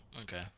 Okay